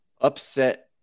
upset